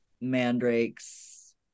mandrakes